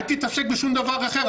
אל תתעסק בשום דבר אחר,